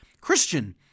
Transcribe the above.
Christian